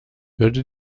würde